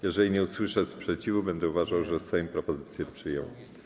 Jeżeli nie usłyszę sprzeciwu, będę uważał, że Sejm propozycję przyjął.